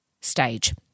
stage